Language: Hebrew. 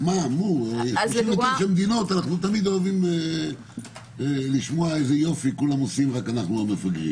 אנחנו תמיד אוהבים לשמוע: כולם עושים חוץ מאתנו.